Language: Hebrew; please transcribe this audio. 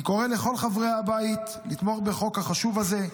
אני קורא לכל חברי הבית לתמוך בחוק החשוב הזה,